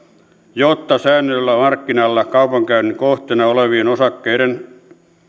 jotta säännellyllä markkinalla kaupankäynnin kohteena olevien osakkeiden